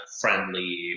friendly